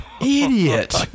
idiot